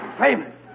famous